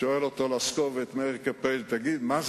שאלו אותו איזה מין כלב זה.